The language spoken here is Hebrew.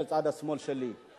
שבצד שמאל שלי.